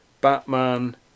Batman